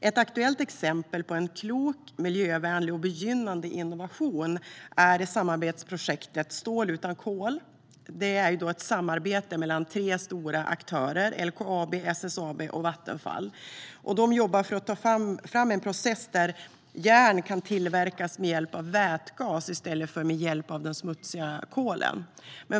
Ett aktuellt exempel på en klok, miljövänlig och begynnande innovation är samarbetsprojektet Stål utan kol, som är ett samarbete mellan tre stora aktörer - LKAB, SSAB och Vattenfall - som jobbar för att ta fram en process där järn kan tillverkas med hjälp av vätgas i stället för med hjälp av den smutsiga kolen.